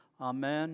Amen